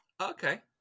Okay